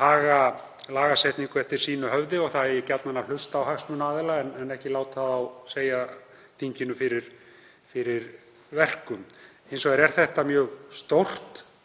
haga lagasetningu eftir sínu höfði og að það eigi gjarnan að hlusta á hagsmunaaðila en ekki láta þá segja þinginu fyrir verkum. Hins vegar er þetta mjög stórt